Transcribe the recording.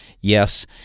yes